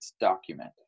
document